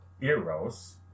eros